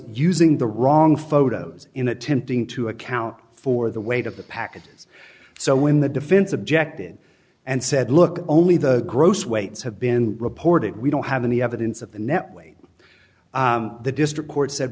using the wrong photos in attempting to account for the weight of the package so when the defense objected and said look only the gross weights have been reported we don't have any evidence of the net weight the district court said